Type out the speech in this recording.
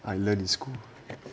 I learned in school